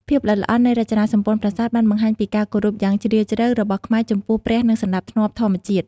ភាពល្អិតល្អន់នៃរចនាសម្ព័ន្ធប្រាសាទបានបង្ហាញពីការគោរពយ៉ាងជ្រាលជ្រៅរបស់ខ្មែរចំពោះព្រះនិងសណ្តាប់ធ្នាប់ធម្មជាតិ។